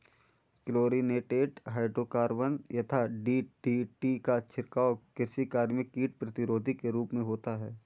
chlorinated hydrocarbon यथा DDT का छिड़काव कृषि कार्य में कीट प्रतिरोधी के रूप में होता है